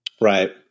Right